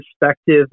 perspective